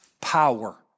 power